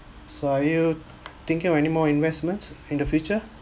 so are you thinking of anymore investment in the future